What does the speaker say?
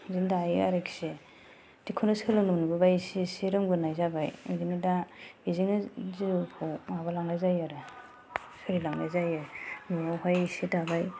बिदिनो दाहोयो आरोखि बेखौनो सोलोंनो मोनबोबाय एसे एसे रोंबोनाय जाबाय ओंखायनो दा बेजोंनो जिउखौ माबालांनाय जायो आरो सोलिलांनाय जायो आरो न'आवहाय एसे दाबाय